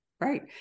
Right